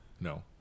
no